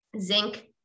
zinc